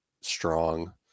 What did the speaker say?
strong